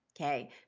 Okay